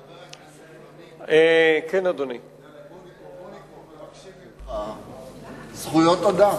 חבר הכנסת חנין, אנחנו מבקשים ממך זכויות אדם.